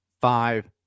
five